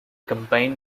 combine